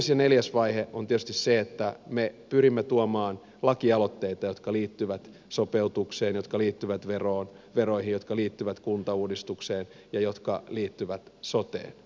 viimeisin neljäs vaihe on tietysti se että me pyrimme tuomaan lakialoitteita jotka liittyvät sopeutukseen jotka liittyvät veroihin jotka liittyvät kuntauudistukseen ja jotka liittyvät soteen